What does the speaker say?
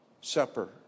supper